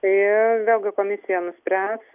tai vėlgi komisija nuspręs